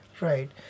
Right